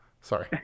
Sorry